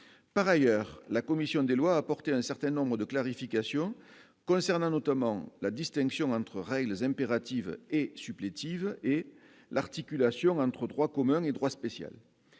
par ailleurs, la commission des lois, apporter un certain nombre de clarifications concernant notamment la distinction entre règles impératives et supplétive et l'articulation entre droit commun et droit spécial